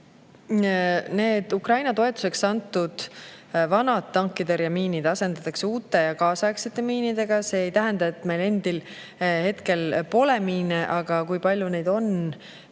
Need Ukraina toetuseks antud vanad tankitõrjemiinid asendatakse uute kaasaegsete miinidega ja see ei tähenda, et meil endil hetkel pole miine. Kui palju neid on,